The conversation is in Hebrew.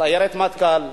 סיירת מטכ"ל.